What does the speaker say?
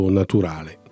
naturale